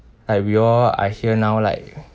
like we all are here now like